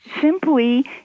simply